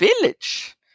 village